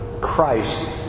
Christ